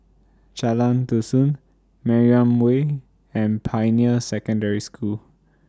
Jalan Dusun Mariam Way and Pioneer Secondary School